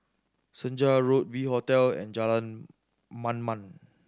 Senja Road V Hotel and Jalan Mamam